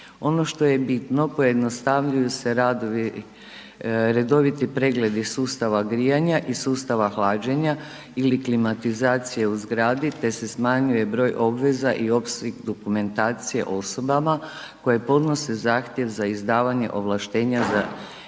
Ono što je bitno pojednostavljuju se radovi, redoviti pregledi sustava grijanja i sustava hlađenja ili klimatizacije u zgradi, te se smanjuje broj obveza i opseg dokumentacije osobama koje podnose zahtjev za izdavanje ovlaštenja za energetsko